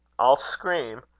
i'll scream.